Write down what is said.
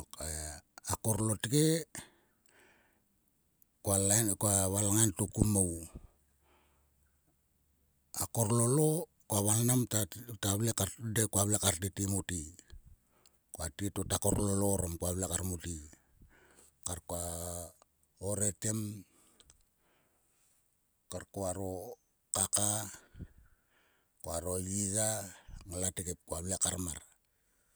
Okei akorlotge koa lain. koa valngan to ku mou. A korlolo koa valngan ta koa vle kar tete mote. Koa tet to a korlolo orom koa vle kar mote kar koa oretem. Kar koaro kaka. koaro yiya ngla tgep koa vle kar mar.